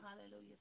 Hallelujah